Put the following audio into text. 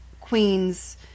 queens